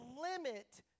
limit